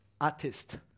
artist